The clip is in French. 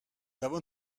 avons